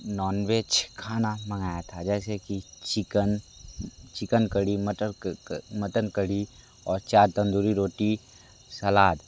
nonveg खाना मंगाया था जैसे कि चिकन चिकन कड़ी मटर मटन करी और चार तंदूरी रोटी सलाद